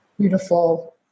beautiful